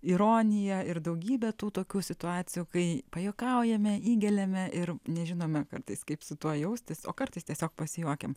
ironiją ir daugybę tų tokių situacijų kai pajuokaujame įgeliame ir nežinome kartais kaip su tuo jaustis o kartais tiesiog pasijuokiam